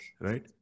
right